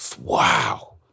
Wow